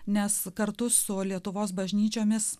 nes kartu su lietuvos bažnyčiomis